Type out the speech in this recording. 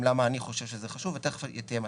למה אני חושב שזה חשוב ותיכף תהיה מצגת.